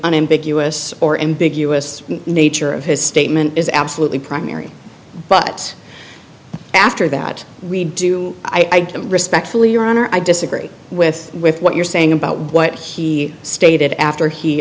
unambiguous or ambiguous nature of his statement is absolutely primary but after that we do i respectfully your honor i disagree with with what you're saying about what he stated after he